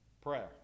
Prayer